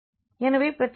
எனவே பிரச்சனை இல்லை